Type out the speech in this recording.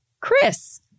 Chris